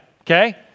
Okay